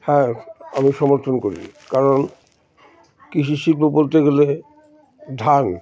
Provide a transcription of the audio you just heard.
হ্যাঁ আমি সমর্থন করি কারণ কৃষি শিল্প বলতে গেলে ধান